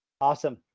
awesome